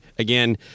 Again